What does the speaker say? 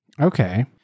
okay